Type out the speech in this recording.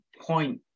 point